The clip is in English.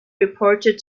reported